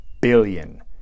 billion